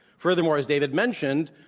furthermore, as david mentioned,